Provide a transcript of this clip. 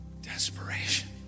Desperation